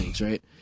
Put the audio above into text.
right